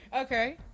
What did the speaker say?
Okay